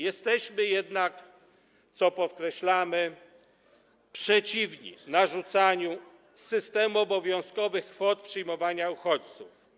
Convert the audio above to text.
Jesteśmy jednak, co podkreślamy, przeciwni narzucaniu systemu obowiązkowych kwot przyjmowania uchodźców.